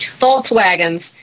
Volkswagens